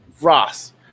Ross